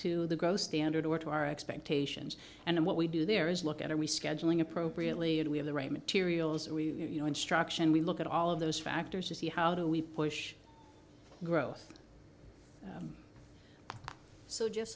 to the gross standard or to our expectations and what we do there is look at are we scheduling appropriately and we have the right materials we you know instruction we look at all of those factors to see how do we push growth